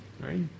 right